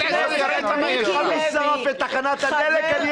תזמנו דיון.